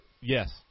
yes